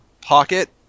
pocket